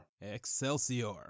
Excelsior